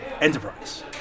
enterprise